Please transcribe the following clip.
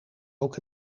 ook